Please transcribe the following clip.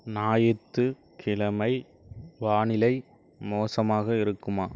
ஞாயிற்றுக்கிழமை வானிலை மோசமாக இருக்குமா